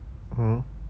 hmm